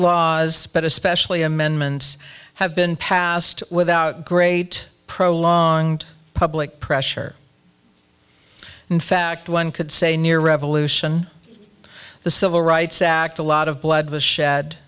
laws but especially amendments have been passed without great prolonging to public pressure in fact one could say near revolution the civil rights act a lot of blood